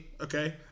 okay